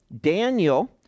Daniel